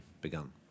begun